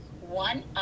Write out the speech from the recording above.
one